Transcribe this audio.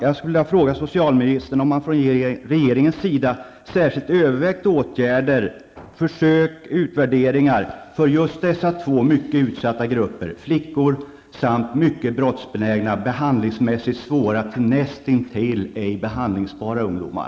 Jag vill fråga socialministern om man från regeringens sida särskilt har övervägt åtgärder, försök och utvärderingar för just de två utsatta grupperna, dvs. flickor samt mycket brottsbenägna och behandlingsmässigt svåra, näst intill ej behandlingsbara, ungdomar.